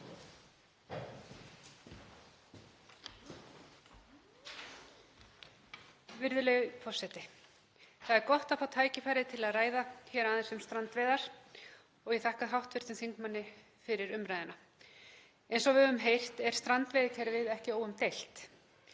Virðulegi forseti. Það er gott að fá tækifæri til að ræða hér aðeins um strandveiðar. Ég þakka hv. þingmanni fyrir umræðuna. Eins og við höfum heyrt er strandveiðikerfið ekki óumdeilt.